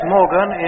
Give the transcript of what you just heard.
Morgan